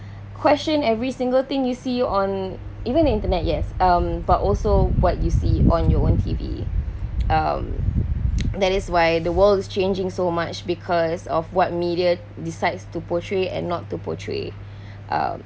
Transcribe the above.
question every single thing you see on even internet yes um but also what you see on your own T_V um that is why the world is changing so much because of what media decides to portray and not to portray uh